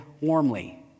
warmly